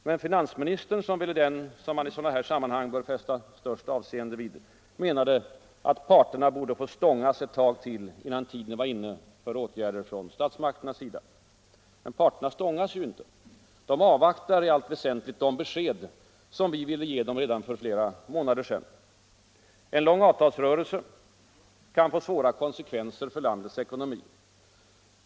Men finansministern —- som väl är den som man i sådana här sammanhang bör fästa störst avseende vid — menade att parterna borde få ”stångas” ett tag till, innan tiden var inne för åtgärder från statsmakternas sida. Men parterna ”stångas” inte. De avvaktar i allt väsentligt de besked som vi ville ge dem redan för flera månader sedan. En lång avtalsrörelse kan få svåra konsekvenser för landets ekonomi.